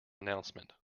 announcement